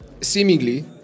seemingly